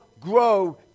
grow